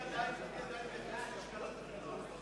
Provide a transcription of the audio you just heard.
אני עדיין מייחס משקל לתקנון.